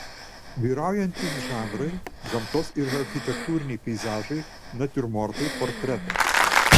vyraujantys žanrai gamtos ir architektūriniai peizažai natiurmortai portretai